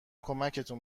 کمکتون